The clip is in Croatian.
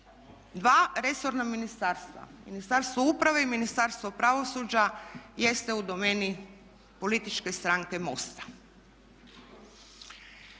Dva resorna ministarstva, Ministarstvo uprave i Ministarstvo pravosuđa jeste u domeni političke stranke MOST-a.